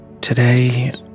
Today